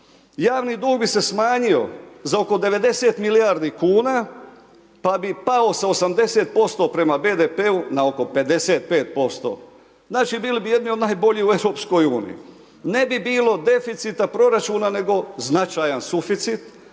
Javni dug bi se smanjio za oko 90 milijardi kuna pa bi pao sa 80% prema BDP-u na oko 55%. Znači bili bi jedni od najboljih u EU-u. ne bi bilo deficita proračuna nego značajan suficit,